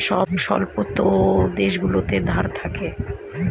সব স্বল্পোন্নত দেশগুলোতে ধার থাকে